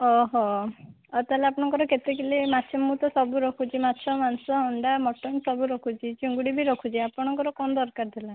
ଓହୋ ଆଉ ତାହେଲେ ଆପଣଙ୍କ କେତେ କିଲୋ ମୁଁ ତ ସବୁ ରଖୁଛି ମାଛ ମାଂସ ଅଣ୍ଡା ମଟନ୍ ସବୁ ରଖୁଛି ଚିଙ୍ଗୁଡ଼ି ବି ରଖୁଛି ଆପଣଙ୍କର କ'ଣ ଦରକାର ଥିଲା